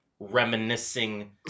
reminiscing